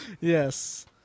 yes